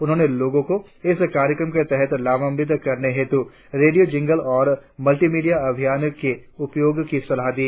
उन्होंने लोगों को इस कार्यक्रम के तहत लाभान्वित करने हेतु रेडियो जिंगल और मल्टि मीडिया अभियान के उपयोग की सलाह दी